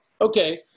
okay